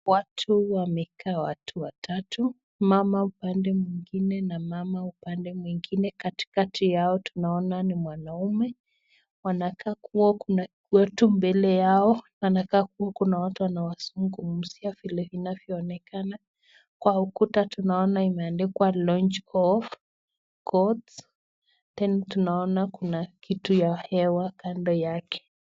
Watu wamekaa watu watatu, mama upande mwingine na mama upande mwingine. Katikati yao tunaona ni mwanamume. Wana kaa kuo kuna watu mbele yao, na kaa kuo kuna watu wanaosungumzia vile inavyoonekana. Kwa ukuta tunaona imeandikwa launch of courts . Then tunaona kuna kitu ya hewa kando yake.